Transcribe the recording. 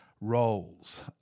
roles